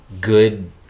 good